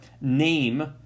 name